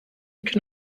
can